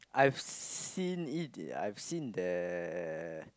I've seen it I've seen the